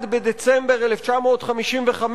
ב-1 בדצמבר 1955,